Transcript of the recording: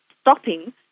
stopping